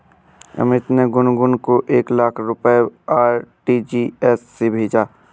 अमित ने गुनगुन को एक लाख रुपए आर.टी.जी.एस से भेजा